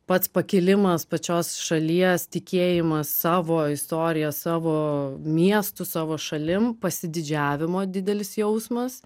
pats pakilimas pačios šalies tikėjimas savo istorija savo miestu savo šalim pasididžiavimo didelis jausmas